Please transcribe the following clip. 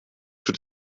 für